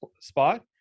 spot